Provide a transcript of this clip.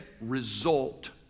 result